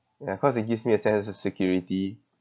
ya cause it gives me a sense of security